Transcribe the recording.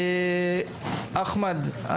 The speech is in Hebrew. אחמד,